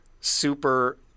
super